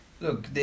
Look